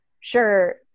sure